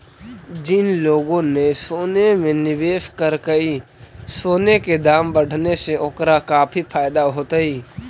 जिन लोगों ने सोने में निवेश करकई, सोने के दाम बढ़ने से ओकरा काफी फायदा होतई